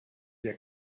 der